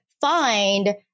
Find